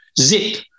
Zip